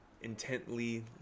intently